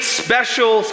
special